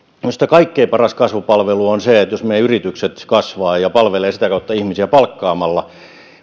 minusta kaikkein paras kasvupalvelu on se jos meidän yritykset kasvavat ja ja palvelevat sitä kautta ihmisiä palkkaamalla